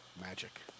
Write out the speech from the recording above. Magic